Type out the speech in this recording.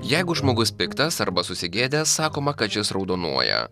jeigu žmogus piktas arba susigėdęs sakoma kad šis raudonuoja